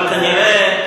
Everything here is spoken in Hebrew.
אבל כנראה,